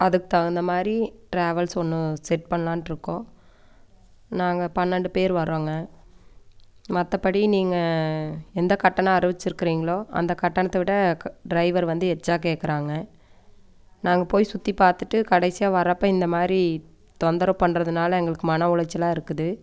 அதுக்குத் தகுந்த மாதிரி டிராவல்ஸ் ஒன்று செட் பண்ணலான்னு இருக்கோம் நாங்கள் பன்னெண்டு பேர் வரோங்க மற்றபடி நீங்கள் எந்த கட்டணம் அறிவிச்சிருக்கீங்களோ அந்த கட்டணத்தை விட டிரைவர் வந்து எச்சா கேட்குறாங்க நாங்கள் போய் சுற்றி பார்த்துட்டு கடைசியாக வர்றப்போ இந்த மாதிரி தொந்தரவு பண்ணுறதுனால எங்களுக்கு மன உளைச்சலாக இருக்குது